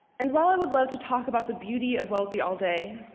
and while i would love to talk about the beauty of wellesley all day,